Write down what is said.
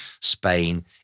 Spain